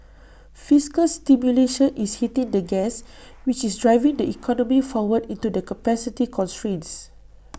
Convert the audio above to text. fiscal stimulation is hitting the gas which is driving the economy forward into the capacity constraints